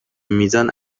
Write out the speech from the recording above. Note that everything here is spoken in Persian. میزان